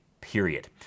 period